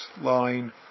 line